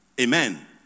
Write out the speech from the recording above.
amen